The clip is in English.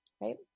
Right